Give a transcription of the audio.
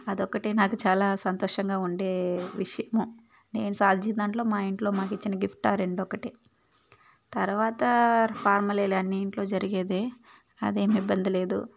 అదొక్కటే నాకు చాలా సంతోషంగా ఉండే విషయము నేను సాధించిన దాంట్లో మా ఇంట్లో మాకు ఇచ్చిన గిఫ్ట్ ఆ రెండు ఒకటే తర్వాత ఫార్మలే అన్ని ఇంట్లో జరిగేదే అదేమీ ఇబ్బంది లేదు